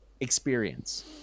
experience